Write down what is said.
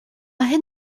had